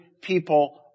people